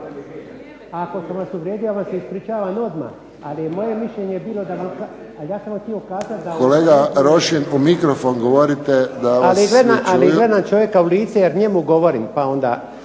Kolega Rošin u mikrofon govorite da vas svi čuju.